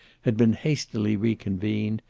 had been hastily reconvened,